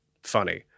Funny